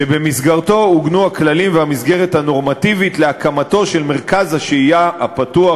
שבמסגרתו עוגנו הכללים והמסגרת הנורמטיבית להקמת מרכז השהייה הפתוח,